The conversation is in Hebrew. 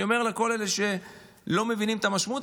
אני אומר לכל אלה שלא מבינים את המשמעות,